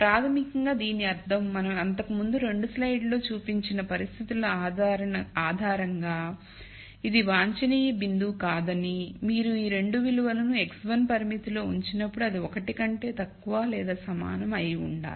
ప్రాథమికంగా దీని అర్థం మనం అంతకుముందు రెండు స్లైడ్లలో చూపించిన పరిస్థితుల ఆధారంగా ఇది వాంఛనీయ బిందువు కాదని మీరు ఈ 2 విలువలను x1 పరిమితిలో ఉంచినప్పుడు అది 1 కంటే తక్కువ లేదా సమానం అయి ఉండాలి